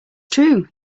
true